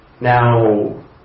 Now